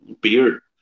beer